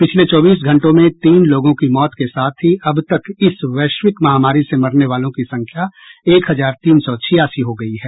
पिछले चौबीस घंटों में तीन लोगों की मौत के साथ ही अब तक वैश्विक महामारी से मरने वालों की संख्या एक हजार तीन सौ छियासी हो गयी है